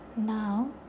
Now